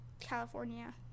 California